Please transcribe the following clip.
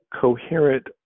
coherent